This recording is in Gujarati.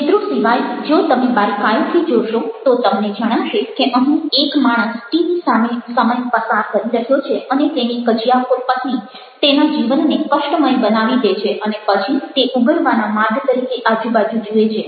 ચિત્રો સિવાય જો તમે બારીકાઈથી જોશો તો તમને જણાશે કે અહીં એક માણસ ટીવી સામે સમય પસાર કરી રહ્યો છે અને તેની કજિયાખોર પત્ની તેના જીવનને કષ્ટમય બનાવી દે છે અને પછી તે ઉગારવાના માર્ગ તરીકે આજુ બાજુ જુએ છે